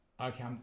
okay